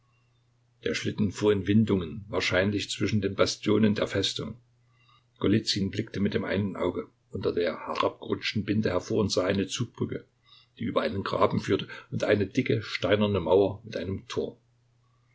der schlitten fuhr in windungen wahrscheinlich zwischen den bastionen der festung golizyn blickte mit dem einen auge unter der herabgerutschten binde hervor und sah eine zugbrücke die über einen graben führte und eine dicke steinerne mauer mit einem tor